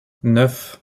neuf